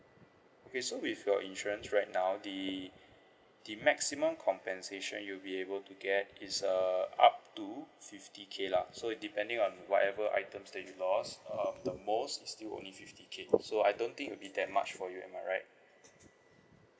okay so with your insurance right now the the maximum compensation you'll be able to get is uh up to fifty K lah so depending on whatever items that you've lost um the most is still only fifty K so I don't think will be that much for you am I right